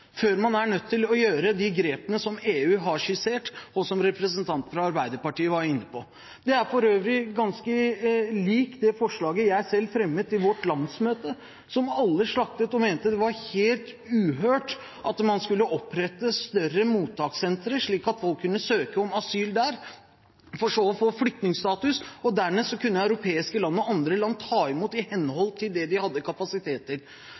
før man er nødt til å gjøre de grepene som EU har skissert, og som representanten fra Arbeiderpartiet var inne på? Det er for øvrig ganske likt det forslaget jeg fremmet på vårt landsmøte, som alle slaktet og mente det var helt uhørt at man skulle opprette større mottakssenter, slik at folk kunne søke om asyl der for så å få flyktningstatus. Dernest kunne europeiske land og andre land ta imot i henhold til det de hadde